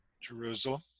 Jerusalem